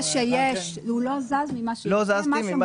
הוא לא זז ממה שמונח